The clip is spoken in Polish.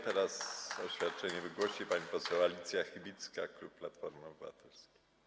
Teraz oświadczenie wygłosi pani poseł Alicja Chybicka, klub Platformy Obywatelskiej.